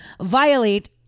violate